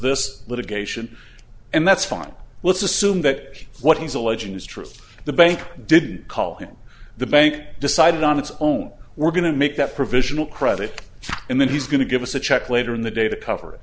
this litigation and that's fine let's assume that what he's alleging is true the bank didn't call him the bank decided on its own we're going to make that provisional credit and then he's going to give us a check later in the day to cover it